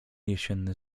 jesienny